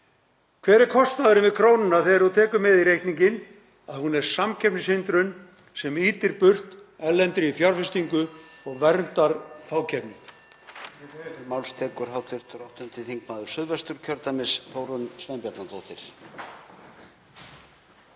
Hver er kostnaðurinn við krónuna þegar þú tekur með í reikninginn að hún er samkeppnishindrun sem ýtir burt erlendri fjárfestingu og verndar fákeppni?